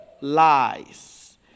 lies